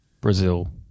Brazil